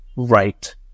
Right